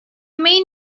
main